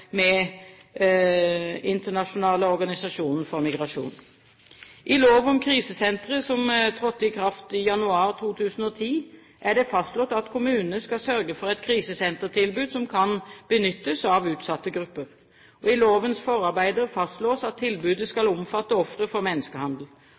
med den internasjonale organisasjonen for migrasjon. I lov om krisesentre, som trådte i kraft i januar 2010, er det fastslått at kommunene skal sørge for et krisesentertilbud som kan benyttes av utsatte grupper. I lovens forarbeider fastslås at tilbudet